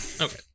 Okay